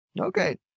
Okay